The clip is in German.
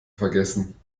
vergessen